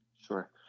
Sure